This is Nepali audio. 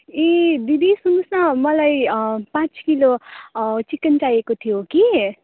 ए दिदी सुन्नुहोस् न मलाई पाँच किलो चिकन चाहिएको थियो कि